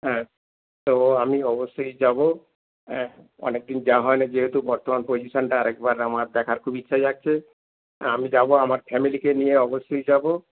হ্যাঁ তো আমি অবশ্যই যাবো হ্যাঁ অনেক দিন যা হয় না যেহেতু বর্তমান পজিশানটা আরে একবার আমার দেখার খুব ইচ্ছা যাচ্ছে হ্যাঁ আমি যাবো আমার ফ্যামিলিকে নিয়ে অবশ্যই যাবো